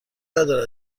ندارد